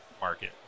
market